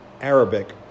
Arabic